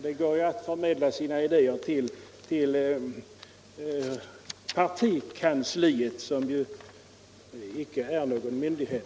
Det går ju att framföra sina idéer till partikansliet, som icke är någon myndighet.